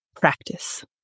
practice